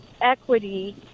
equity